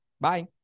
Bye